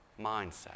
mindset